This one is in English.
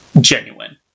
genuine